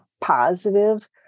positive